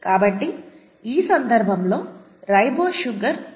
కాబట్టి ఈ సందర్భంలో రైబోస్ షుగర్ ATP